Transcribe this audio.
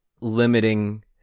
limiting